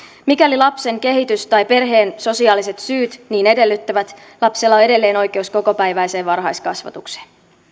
mikäli lapsen kehitys tai perheen sosiaaliset syyt niin edellyttävät lapsella on edelleen oikeus kokopäiväiseen varhaiskasvatukseen